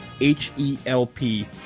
H-E-L-P